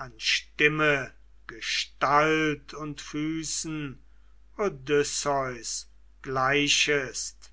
an stimme gestalt und füßen odysseus gleichest